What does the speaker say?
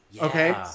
Okay